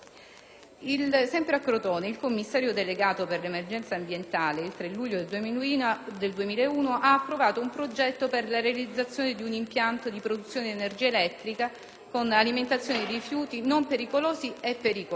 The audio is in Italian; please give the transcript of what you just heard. Sempre a Crotone, il commissario delegato per l'emergenza ambientale, il 3 luglio 2001, ha approvato un progetto per la realizzazione di un impianto di produzione di energia elettrica con alimentazione a rifiuti non pericolosi e pericolosi;